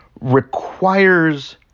requires